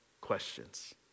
questions